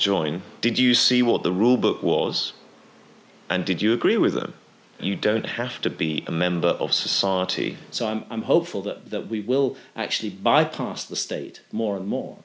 join did you see what the rulebook was and did you agree with them you don't have to be a member of society so i'm hopeful that we will actually bypass the state more and more